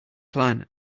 plan